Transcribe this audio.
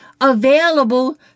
available